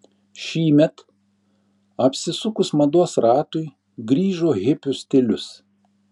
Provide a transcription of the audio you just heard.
šįmet apsisukus mados ratui grįžo hipių stilius